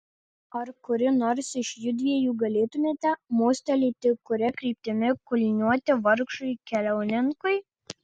ar kuri nors iš judviejų galėtumėte mostelėti kuria kryptimi kulniuoti vargšui keliauninkui